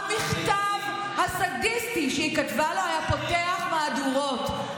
המכתב הסדיסטי שהיא כתבה לו היה פותח מהדורות.